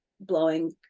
blowing